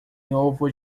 ovo